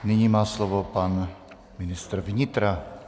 Nyní má slovo pan ministr vnitra.